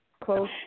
close